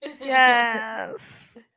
Yes